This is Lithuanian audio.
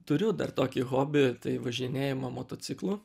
turiu dar tokį hobį tai važinėjimą motociklu